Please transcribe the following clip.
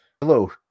Hello